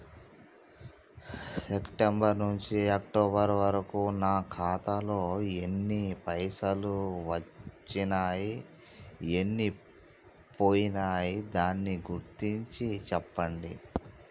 September నుంచి October వరకు నా ఖాతాలో ఎన్ని పైసలు వచ్చినయ్ ఎన్ని పోయినయ్ దాని గురించి చెప్పండి?